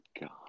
God